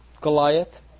Goliath